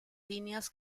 líneas